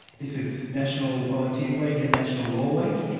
this is national volunteers week and national law week,